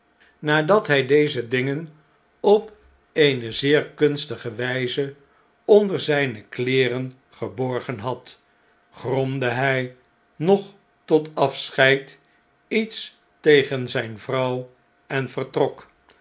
nadat hij deze dingen op eene zeer kunstige wijze onder zijne kleeren geborgen had gromde hij nog tot afscheid iets tegen zijn vrouw en vertrok